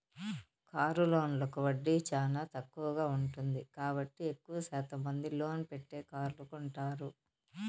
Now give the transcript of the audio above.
car లోన్లకు వడ్డీ చానా తక్కువగా ఉంటుంది కాబట్టి ఎక్కువ శాతం మంది లోన్ పెట్టే కార్లు కొంటారు